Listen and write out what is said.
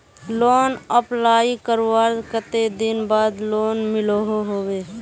Loan apply करवार कते दिन बाद लोन मिलोहो होबे?